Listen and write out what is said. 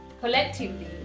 collectively